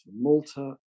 Malta